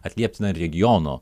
atliepti na ir regiono